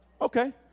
okay